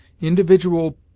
individual